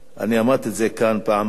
אמרתי את זה כאן פעם אחת,